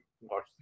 watch